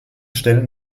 stellen